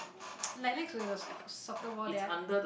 like next to the s~ soccer ball they are